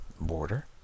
border